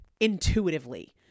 intuitively